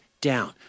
down